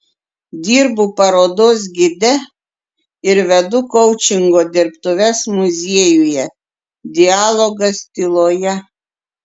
dirbu parodos gide ir vedu koučingo dirbtuves muziejuje dialogas tyloje